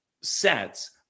sets